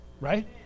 right